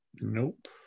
Nope